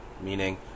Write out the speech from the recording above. meaning